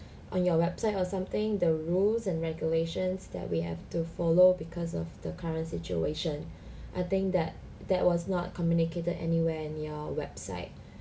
on your website or something the rules and regulations that we have to follow because of the current situation I think that that was not communicated anywhere in your website